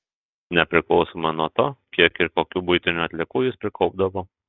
nepriklausomai nuo to kiek ir kokių buitinių atliekų jis prikaupdavo